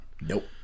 Nope